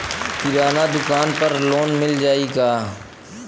किराना दुकान पर लोन मिल जाई का?